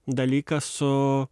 dalykas su